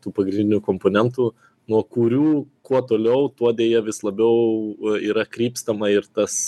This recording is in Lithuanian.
tų pagrindinių komponentų nuo kurių kuo toliau tuo deja vis labiau a yra krypstama ir tas